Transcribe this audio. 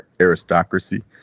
aristocracy